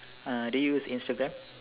uh do you use Instagram